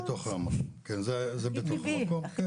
הם בתוך, כן, זה בתוך המקום.